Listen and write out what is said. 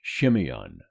Shimeon